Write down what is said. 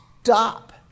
stop